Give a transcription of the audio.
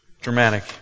dramatic